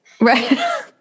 right